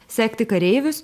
sekti kareivius